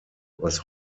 was